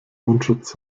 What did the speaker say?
mundschutz